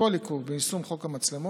לכל עיכוב ביישום חוק המצלמות.